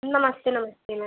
नमस्ते नमस्ते मै